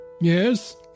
Yes